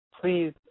please